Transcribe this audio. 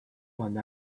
one